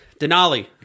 Denali